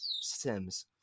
Sims